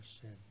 sin